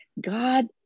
God